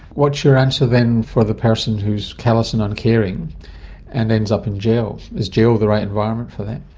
what's your answer then for the person who is callous and uncaring and ends up in jail? is jail the right environment for them?